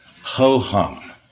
ho-hum